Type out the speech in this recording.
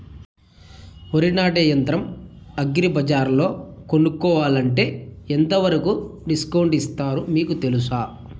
వరి నాటే యంత్రం అగ్రి బజార్లో కొనుక్కోవాలంటే ఎంతవరకు డిస్కౌంట్ ఇస్తారు మీకు తెలుసా?